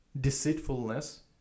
deceitfulness